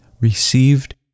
received